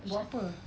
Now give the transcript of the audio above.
buat apa